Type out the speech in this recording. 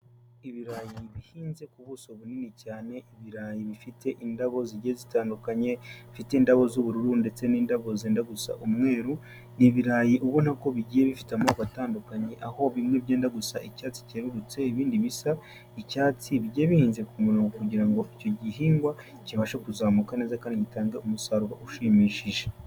Ibirayi bihinze ku buso bunini cyane, ibirayi bifite indabo zigiye zitandukanye, bifite indabo z'ubururu ndetse n'indabo zenda gusa umweru, ni ibirayi ubona ko bigiye bifite amoko atandukanye, aho bimwe byenda gusa icyatsi cyerurutse ibindi bisa icyatsi, bigiye bihinze ku murongo kugira ngo icyo gihingwa kibashe kuzamuka neza kandi gitange umusaruro ushimishije.